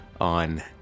on